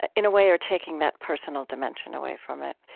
ah in a way are taking that personal dimension away from it